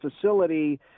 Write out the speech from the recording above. facility